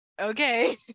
okay